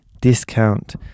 discount